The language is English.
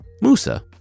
Musa